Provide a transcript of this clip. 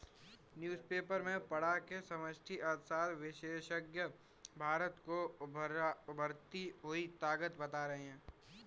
newspaper में पढ़ा की समष्टि अर्थशास्त्र विशेषज्ञ भारत को उभरती हुई ताकत बता रहे हैं